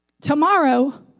Tomorrow